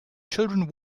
children